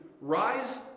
rise